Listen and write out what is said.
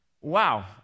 Wow